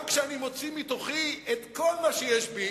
גם כשאני מוציא מתוכי את כל מה שיש בי,